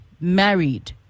married